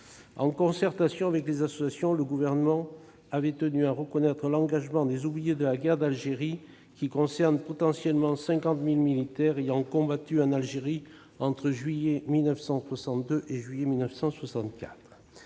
En concertation avec les associations, le Gouvernement avait tenu à reconnaître l'engagement des oubliés de la guerre d'Algérie ; cette reconnaissance concerne potentiellement 50 000 militaires ayant combattu en Algérie entre juillet 1962 et juillet 1964.